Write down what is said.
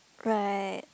great